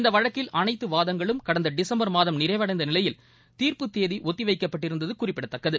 இந்த வழக்கில் அனைத்து வாதங்களும் கடந்த டிசம்பர் மாதம் நிறைவடைந்த நிலையில் தீர்ப்பு ஒத்தி வைக்கப்பட்டிருந்தது குறிப்பிடத்தக்கது